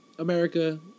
America